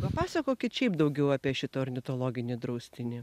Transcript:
papasakokit šiaip daugiau apie šitą ornitologinį draustinį